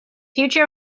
future